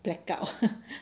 blackout